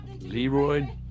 Leroy